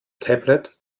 tablet